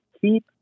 keep